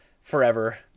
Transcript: forever